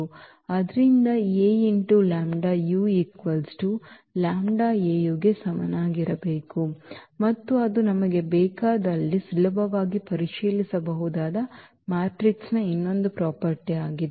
ಆದ್ದರಿಂದ λ Au ಗೆ ಸಮನಾಗಿರಬೇಕು ಮತ್ತು ಅದು ನಮಗೆ ಬೇಕಾದಲ್ಲಿ ಸುಲಭವಾಗಿ ಪರಿಶೀಲಿಸಬಹುದಾದ ಮ್ಯಾಟ್ರಿಕ್ಸ್ನ ಇನ್ನೊಂದು ಪ್ರಾಪರ್ಟಿಯಾಗಿದೆ